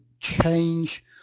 change